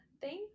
Thank